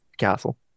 castle